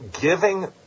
giving